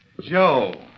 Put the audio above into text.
Joe